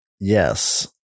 yes